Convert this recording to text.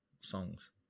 songs